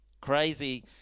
crazy